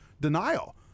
denial